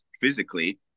physically